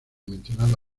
mencionado